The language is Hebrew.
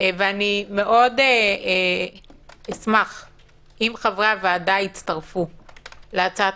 ומאוד אשמח אם חברי הוועדה יצטרפו אליו.